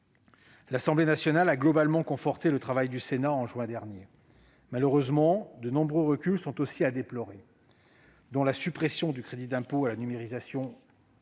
L'Assemblée nationale a globalement conforté le travail du Sénat en juin dernier. Malheureusement, de nombreux reculs sont aussi à déplorer. Je pense notamment à la suppression du crédit d'impôt à la numérisation durable des